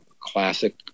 classic